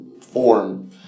form